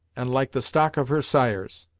and like the stock of her sires!